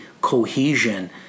cohesion